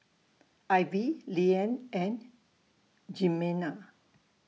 Ivie Leeann and Jimena